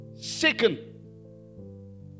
second